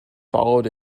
followed